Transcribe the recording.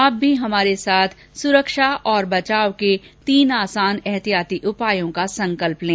आप भी हमारे साथ सुरक्षा और बचाव के तीन आसान एहतियाती उपायों का संकल्प लें